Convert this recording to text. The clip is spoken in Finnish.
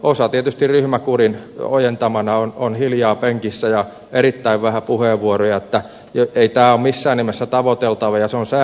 osa tietysti ryhmäkurin ojentamana on hiljaa penkissä ja käyttää erittäin vähän puheenvuoroja niin että ei tämä ole missään nimessä tavoiteltavaa